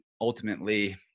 ultimately